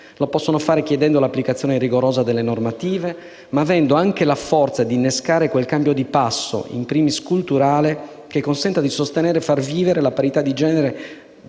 Lo possono fare chiedendo l'applicazione rigorosa delle normative, ma avendo anche la forza di innescare quel cambio di passo, *in primis* culturale, che consenta di sostenere e far vivere la parità di genere